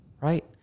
right